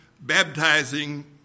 baptizing